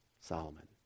Solomon